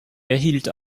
erhielt